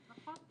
נכון, נכון.